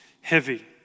heavy